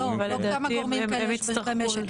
לא כמה גורמים כאלה יש במשק,